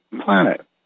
planet